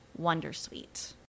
wondersuite